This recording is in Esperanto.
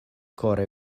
kore